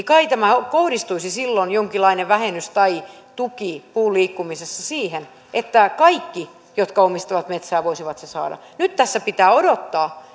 kai kohdistuisi silloin jonkinlainen vähennys tai tuki puun liikkumisessa siihen että kaikki jotka omistavat metsää voisivat sen saada nyt tässä pitää odottaa